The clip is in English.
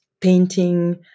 painting